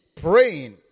praying